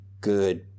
good